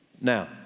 Now